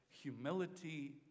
humility